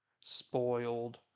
spoiled